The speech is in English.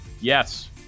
Yes